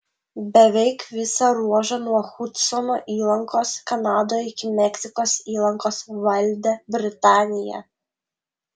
beveik visą ruožą nuo hudsono įlankos kanadoje iki meksikos įlankos valdė britanija